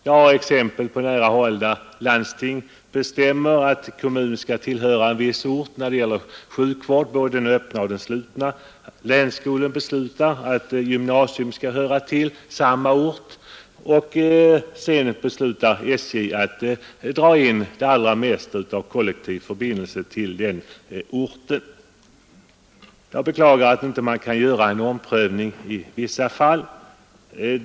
Jag har exempel på nära håll på att landsting bestämmer att en kommur skall tillhöra en viss ort när det gäller sjukvården, både den öppna och den slutna. Länsskolnämnden beslutar att gymnasium skall finnas på samma ort. Sedan beslutar SJ att dra in det allra mesta av kollektiv förbindelse med just den orten. Jag beklagar att man inte kan göra en omprövning i vissa fall.